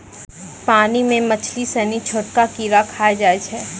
पानी मे मछली सिनी छोटका कीड़ा खाय जाय छै